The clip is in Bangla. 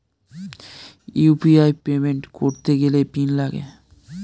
ইউ.পি.আই পেমেন্ট করতে গেলে পিন লাগে